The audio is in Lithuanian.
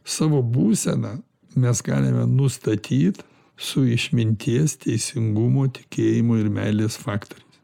savo būseną mes galime nustatyt su išminties teisingumo tikėjimo ir meilės faktoriais